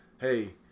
hey